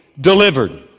delivered